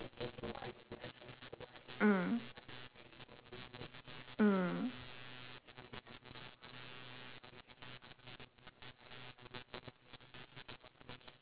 mm mm